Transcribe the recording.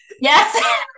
Yes